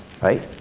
right